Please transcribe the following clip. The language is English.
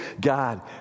God